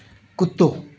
कुत्तो